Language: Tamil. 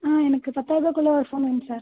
ஆ எனக்கு பத்தாயர்ரூவாய்க்குள்ள ஒரு ஃபோன் வேணும் சார்